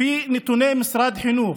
לפי נתוני משרד החינוך,